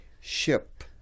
ship